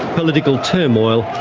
political turmoil,